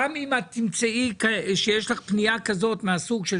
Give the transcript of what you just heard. גם אם תמצאי שיש לך פנייה כזאת מהסוג של